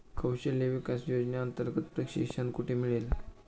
कौशल्य विकास योजनेअंतर्गत प्रशिक्षण कुठे मिळेल?